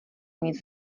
nic